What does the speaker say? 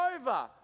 over